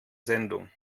sendung